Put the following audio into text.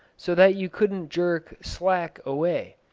so that you couldn't jerk slack away?